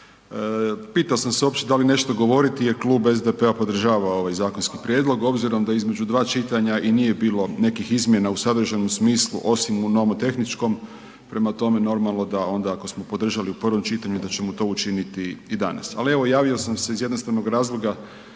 Pitao sam se uopće da li nešto govoriti jer Klub SDP-a podržava ovaj zakonski prijedlog obzirom da između dva čitanja i nije bilo nekih izmjena u sadržajnom smislu osim u nomotehničkom. Prema tome, normalno da onda ako smo podržali u prvom čitanju da ćemo to učiniti i danas. Ali evo javio sam se iz jednostavnog razloga,